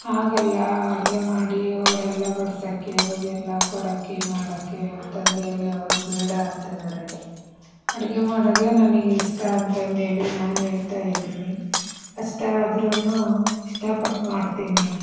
ಆಗಲ್ಲ ಅಡುಗೆ ಮಾಡಿ ಅವರೆಲ್ಲ ಬಡಿಸೋಕ್ಕೆ ಅವರಿಗೆಲ್ಲ ಕೊಡೋಕ್ಕೆ ಮಾಡೋಕ್ಕೆ ಅಂತಂದೇಳಿ ಅವರು ಬೇಡ ಅಂತ ಇದ್ದಾರೆ ಅಡುಗೆ ಮಾಡೋದೇ ನನಗೆ ಇಷ್ಟ ಅಂತಂದೇಳಿ ನಾನು ಹೇಳ್ತಾ ಇದ್ದೀನಿ ಕಷ್ಟ ಆದರೂನೂ ಇಷ್ಟಪಟ್ಟು ಮಾಡ್ತೀನಿ